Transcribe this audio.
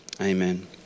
Amen